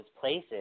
places